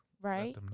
right